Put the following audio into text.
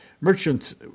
Merchants